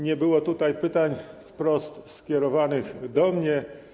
Nie było tutaj pytań wprost skierowanych do mnie.